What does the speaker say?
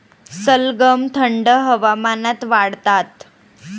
सलगम थंड हवामानात वाढतात